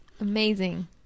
Amazing